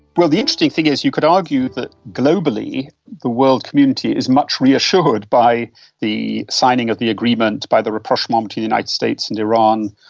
well, the interesting thing is you could argue that globally the world community is much reassured by the signing of the agreement, by the rapprochement between the united states and iran,